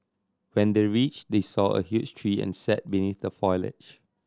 when they reached they saw a huge tree and sat beneath the foliage